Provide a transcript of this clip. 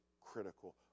critical